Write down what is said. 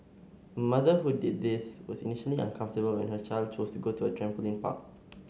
a mother who did this was initially uncomfortable when her child chose to go to a trampoline park